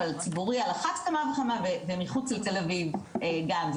אבל ציבורי על אחת כמה וכמה ומחוץ לתל אביב גם,